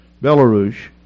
Belarus